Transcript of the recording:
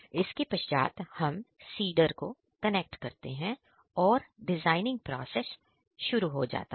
इसके पश्चात हम सीडर को कनेक्ट करते हैं और डिजाइनिंग प्रोसेस शुरु हो जाता है